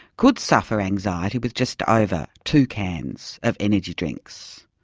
could suffer anxiety with just over two cans of energy drinks.